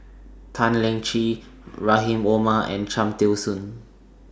Tan Lian Chye Rahim Omar and Cham Tao Soon